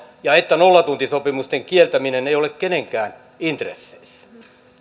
ja että nollatuntisopimusten kieltäminen ei ole kenenkään intresseissä